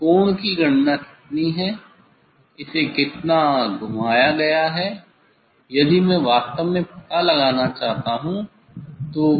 कोण की गणना कितनी है इसे कितना घुमाया गया है यदि मैं वास्तव में पता लगाना चाहता हूं